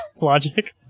logic